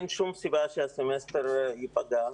אין כלס סיבה שהסמסטר ייפגע.